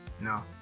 No